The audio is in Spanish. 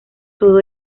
todo